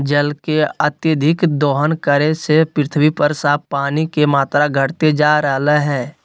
जल के अत्यधिक दोहन करे से पृथ्वी पर साफ पानी के मात्रा घटते जा रहलय हें